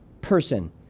person